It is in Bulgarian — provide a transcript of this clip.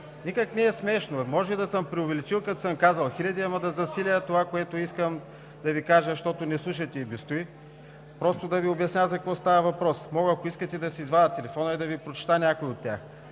Никак не е смешно! Може да съм преувеличил, като съм казал хиляди, ама да засиля това, което искам да Ви кажа, защото не слушате и без това. Просто да Ви обясня за какво става въпрос. Мога, ако искате, да си извадя телефона и да Ви прочета някои от тях.